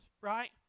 right